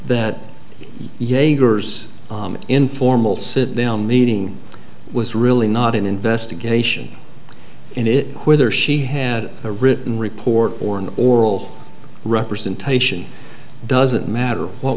yeager's informal sit down meeting was really not an investigation and it whether she had a written report or an oral representation doesn't matter what